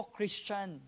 Christian